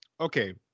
okay